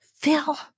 Phil